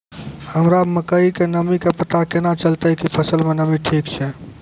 हमरा मकई के नमी के पता केना चलतै कि फसल मे नमी ठीक छै?